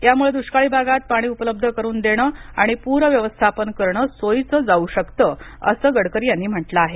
यामुळ दुष्काळी भागात पाणी उपलब्ध करून देणं आणि पूर व्यवस्थापन करणं सोयीचं जाऊ शकतं असं गडकरी यांनी म्हटलं आहे